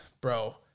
bro